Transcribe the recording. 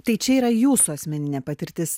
tai čia yra jūsų asmeninė patirtis